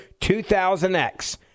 2000X